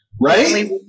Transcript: Right